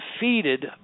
defeated